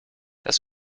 das